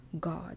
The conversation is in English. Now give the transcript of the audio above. God